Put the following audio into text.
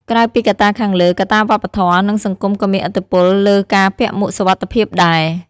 ក្រៅពីកត្តាខាងលើ កត្តាវប្បធម៌ និងសង្គមក៏មានឥទ្ធិពលលើការពាក់មួកសុវត្ថិភាពដែរ។